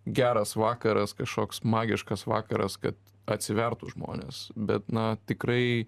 geras vakaras kažkoks magiškas vakaras kad atsivertų žmonės bet na tikrai